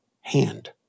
hand